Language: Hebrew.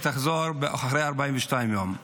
תחזור אחרי 42 יום.